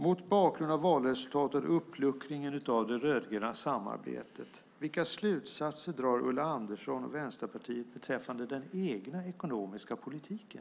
Mot bakgrund av valresultatet och uppluckringen av det rödgröna samarbetet, vilka slutsatser drar Ulla Andersson och Vänsterpartiet om den egna ekonomiska politiken?